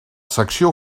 secció